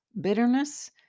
Bitterness